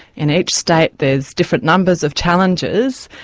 in each state there's different numbers of challenges,